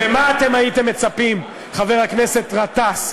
ומה אתם הייתם מצפים, חבר הכנסת גטאס,